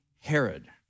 Herod